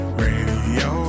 radio